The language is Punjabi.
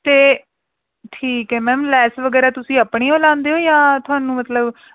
ਅਤੇ ਠੀਕ ਹੈ ਮੈਮ ਲੈਸ ਵਗੈਰਾ ਤੁਸੀਂ ਆਪਣੀ ਉਹ ਲਗਾਉਂਦੇ ਹੋ ਜਾਂ ਤੁਹਾਨੂੰ ਮਤਲਬ